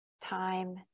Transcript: time